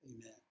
Amen